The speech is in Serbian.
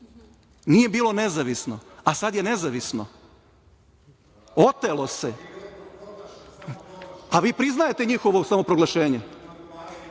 nije bilo nezavisno? A sad je nezavisno? Otelo se. A vi priznajete njihovo samoproglašenje,